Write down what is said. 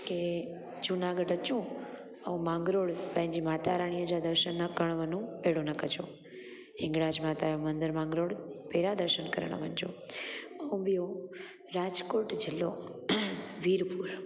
की जूनागढ़ अचो ऐं मांगरोल पंहिंजी माता राणीअ जा दर्शनु न करण वञू अहिड़ो न कजो हिंगलाज माता जो मंदरु मांगरोल पहिरां दर्शनु करण वञिजो ऐं ॿियो राजकोट ज़िलो वीरपुर